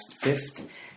fifth